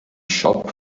shop